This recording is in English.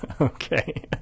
Okay